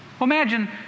Imagine